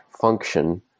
function